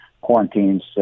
quarantines